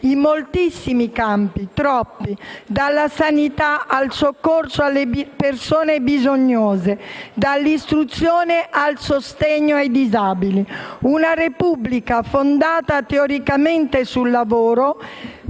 in moltissimi e in troppi campi: dalla sanità al soccorso alle persone bisognose, dall'istruzione al sostegno ai disabili. Una Repubblica fondata teoricamente sul lavoro